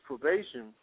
probation